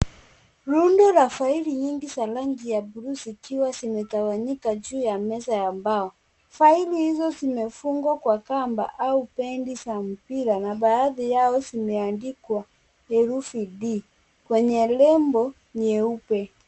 Rundo la faili nyingi za rangi ya buluu zikiwa zimetawanyika juu ya meza ya mbao. Faili hizo zimefungwa kwa kamba au pendi mpira na baadhi yao zimeandikwa herufi d kwenye nembo nyeupe.